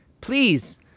please